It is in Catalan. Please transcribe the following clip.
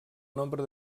nombre